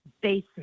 basement